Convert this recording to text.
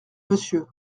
monsieur